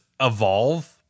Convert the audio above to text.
evolve